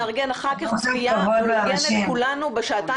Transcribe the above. נארגן אחר כך צפייה מאורגנת כולנו בסרטון